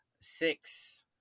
six